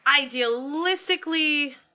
idealistically